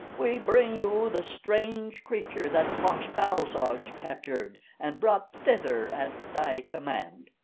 we bring you the strange creature that fosh-bal-soj captured and brought thither at thy command.